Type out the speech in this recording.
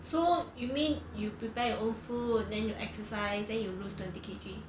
so you mean you prepare your own food then you exercise then you lose twenty K_G